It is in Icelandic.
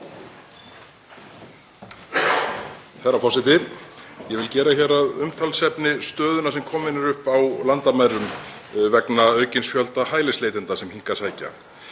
Herra forseti. Ég vil gera hér að umtalsefni stöðuna sem komin er upp á landamærum vegna aukins fjölda hælisleitenda sem hingað sækja.